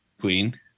Queen